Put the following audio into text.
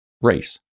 race